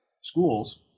schools